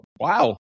wow